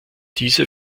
diese